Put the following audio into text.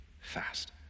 fast